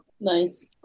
Nice